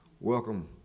welcome